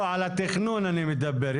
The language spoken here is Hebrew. על התכנון אני מדבר.